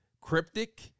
cryptic